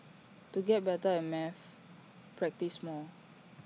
to get better at maths practise more